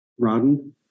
Rodden